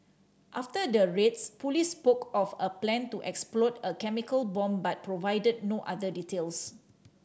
after the raids police spoke of a plan to explode a chemical bomb but provided no other details